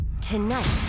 Tonight